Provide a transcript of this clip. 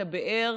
את הבאר,